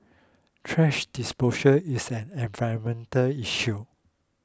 thrash disposal is an environmental issue